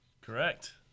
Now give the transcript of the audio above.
Correct